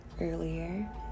earlier